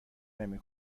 نمی